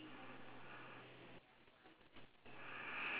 shorts playing uh golf